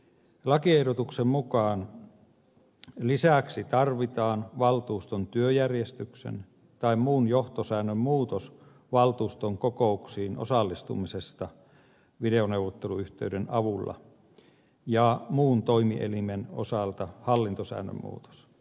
lakiehdotuksen mukaan lisäksi tarvitaan valtuuston työjärjestyksen tai muun johtosäännön muutos valtuuston kokouksiin osallistumisesta videoneuvotteluyhteyden avulla ja muun toimielimen osalta hallintosäännön muutos